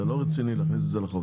זה לא רציני להכניס את זה לחוק,